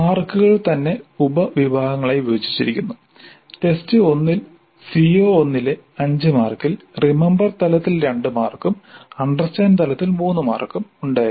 മാർക്കുകൾ തന്നെ ഉപവിഭാഗങ്ങളായി വിഭജിച്ചിരിക്കുന്നു ടെസ്റ്റ് 1 ൽ CO1 ലെ 5 മാർക്കിൽ റിമമ്പർ തലത്തിൽ 2 മാർക്കും അണ്ടർസ്റ്റാൻഡ് തലത്തിൽ 3 മാർക്കും ഉണ്ടായിരുന്നു